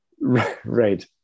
Right